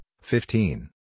fifteen